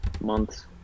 months